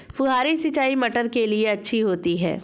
फुहारी सिंचाई मटर के लिए अच्छी होती है?